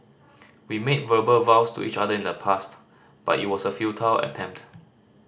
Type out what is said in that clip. we made verbal vows to each other in the past but it was a futile attempt